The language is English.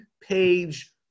page